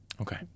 Okay